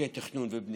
חוקי תכנון ובנייה,